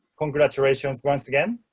congratulations. once again,